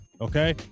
okay